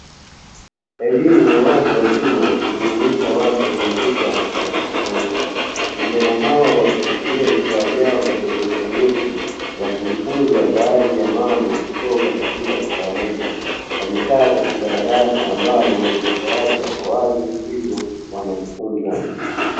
Elimu ya watu wazima, hujumuisha watu wenye rika tofautitofauti. Vijana hawa wakishikilia vifaa vyao vya kielektroniki, wakijifunza baadhi ya mambo kutoka katika vifaa hivyo. Wamekaa katika darasa ambalo madirisha yake yapo wazi, hivyo wanajifunza.